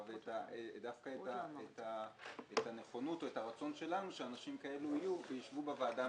ואת הנכונות או את הרצון שלנו שאנשים כאלה יישבו בוועדה המייעצת.